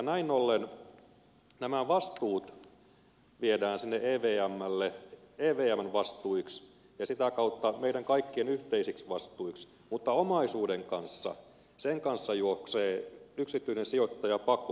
näin ollen nämä vastuut viedään sinne evmlle evmn vastuiksi ja sitä kautta meidän kaikkien yhteisiksi vastuiksi mutta omaisuuden kanssa sen kanssa juoksee yksityinen sijoittaja pakoon